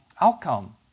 outcome